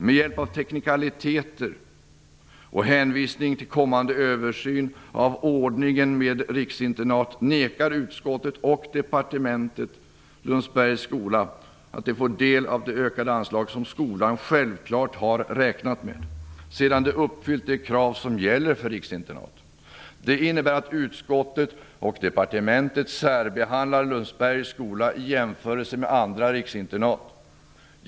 Med hjälp av teknikaliteter och hänvisning till kommande översyn av ordningen med riksinternat nekar utskottet och departementet Lundsbergs skola att få del av det ökade anslag som skolan självfallet har räknat med sedan den uppfyllt de krav som gäller för riksinternat. Det innebär att utskottet och departementet särbehandlar Lundsbergs skola i förhållande till andra riksinternat.